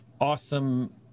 awesome